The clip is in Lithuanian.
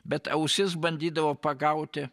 bet ausis bandydavo pagauti